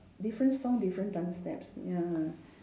different song different dance steps ya